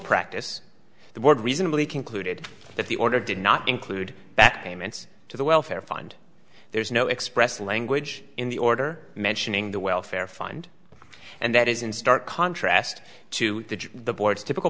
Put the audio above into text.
practice the board reasonably concluded that the order did not include that payments to the welfare fund there's no expressed language in the order mentioning the welfare fund and that is in stark contrast to the board's typical